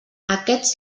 aquests